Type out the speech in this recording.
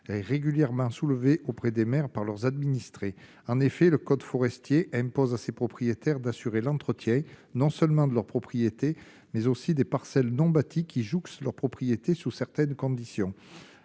est régulièrement soulevé auprès des maires par leurs administrés en effet le code forestier impose à ses propriétaires, d'assurer l'entretien non seulement de leur propriété mais aussi des parcelles non bâties qui jouxte leur propriété sous certaines conditions,